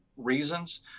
Reasons